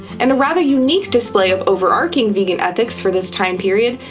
and a rather unique display of overarching vegan ethics for this time period,